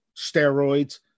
steroids